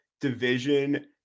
division